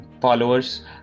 Followers